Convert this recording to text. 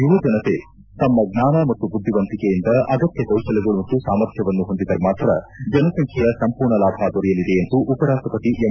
ಯುವಜನತೆ ತಮ್ನ ಜ್ಞಾನ ಮತ್ತು ಬುಧ್ಗಿವಂತಿಕೆಯಿಂದ ಅಗತ್ಯ ಕೌತಲ್ಯಗಳು ಮತ್ತು ಸಾಮರ್ಥ್ಯವನ್ನು ಹೊಂದಿದರೆ ಮಾತ್ರ ಜನಸಂಖ್ಯೆಯ ಸಂಪೂರ್ಣ ಲಾಭ ದೊರೆಯಲಿದೆ ಎಂದು ಉಪರಾಷ್ಟಪತಿ ಎಂ